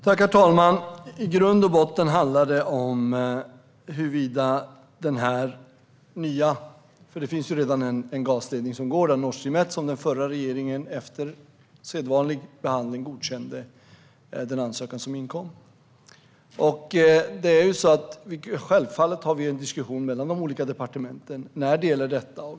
Herr talman! I grund och botten handlar detta om den nya gasledningen. Det finns ju redan en gasledning som går där, Nord Stream 1. Ansökan gällande den godkändes av den förra regeringen efter sedvanlig behandling. Självfallet har vi en diskussion mellan de olika departementen när det gäller detta.